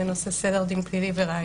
בנושא סדר דין פלילי וראיות.